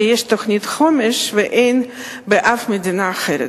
שיש תוכנית חומש ואין באף מדינה אחרת.